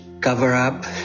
cover-up